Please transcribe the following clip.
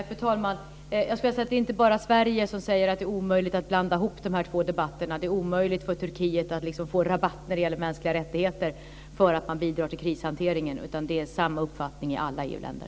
Fru talman! Jag skulle vilja säga att det inte bara är Sverige som säger att det är omöjligt att blanda ihop de här två debatterna. Det är omöjligt för Turkiet att så att säga få rabatt när det gäller mänskliga rättigheter därför att man bidrar till krishanteringen. Det är samma uppfattning i alla EU-länder.